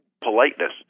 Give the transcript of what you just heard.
politeness